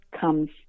comes